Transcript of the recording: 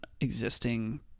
existing